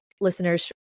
listeners